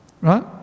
right